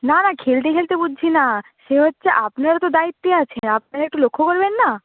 না না খেলতে খেলতে বুঝছি না সে হচ্ছে আপনারা তো দায়িত্বে আছেন আপনারা একটু লক্ষ্য করবেন না